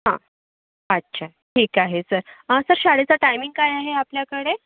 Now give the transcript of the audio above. हं अच्छा ठीक आहे सर सर शाळेचा टायमिंग काय आहे आपल्याकडे